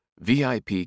VIP